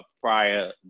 prior